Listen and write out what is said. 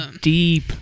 deep